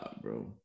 bro